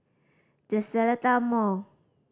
The Seletar Mall